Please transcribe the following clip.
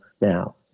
now